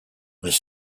was